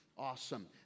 Awesome